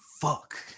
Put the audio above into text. fuck